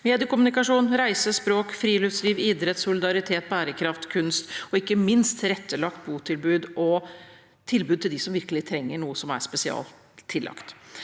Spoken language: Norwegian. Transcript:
mediekommunikasjon, reise, språk, friluftsliv, idrett, solidaritet, bærekraft og kunst. Ikke minst har de tilrettelagt botilbud og tilbud til dem som virkelig trenger noe som er spesielt tilrettelagt.